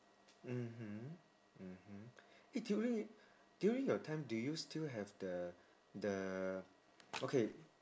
mmhmm mmhmm eh during during your time do you still have the the okay